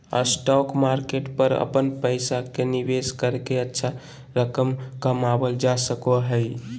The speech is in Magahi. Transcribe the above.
स्टॉक मार्केट पर अपन पैसा के निवेश करके अच्छा रकम कमावल जा सको हइ